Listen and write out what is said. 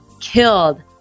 killed